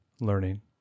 learning